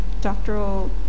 doctoral